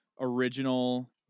original